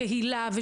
קהילה,